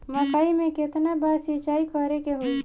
मकई में केतना बार सिंचाई करे के होई?